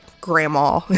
grandma